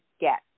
get